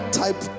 type